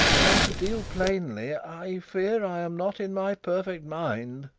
and, to deal plainly, i fear i am not in my perfect mind.